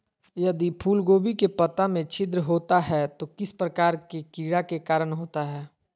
यदि फूलगोभी के पत्ता में छिद्र होता है तो किस प्रकार के कीड़ा के कारण होता है?